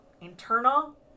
internal